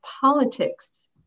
politics